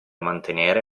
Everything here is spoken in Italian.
mantenere